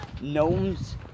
gnomes